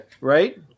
Right